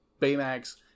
Baymax